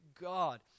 God